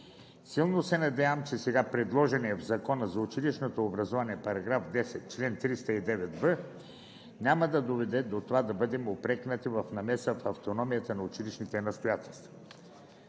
Силно се надявам, че сега предложеният в Закона за училищното образование § 10, чл. 309б няма да доведе до това да бъдем упрекнати в намеса в автономията на училищните настоятелства,